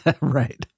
Right